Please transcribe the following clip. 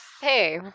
Hey